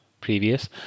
previous